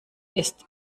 ist